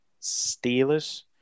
Steelers